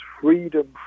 freedom